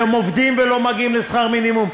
והם עובדים ולא מגיעים לשכר מינימום,